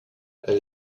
elle